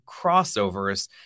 crossovers